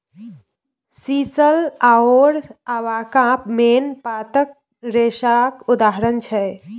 sisal आओर abaca मेन पातक रेशाक उदाहरण छै